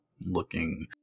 Looking